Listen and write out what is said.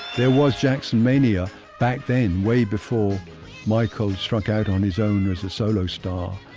there was jackson mania back then way before michael's struck out on his own as a solo star.